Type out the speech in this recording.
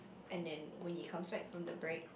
and then when he comes back from the break